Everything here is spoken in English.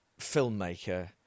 filmmaker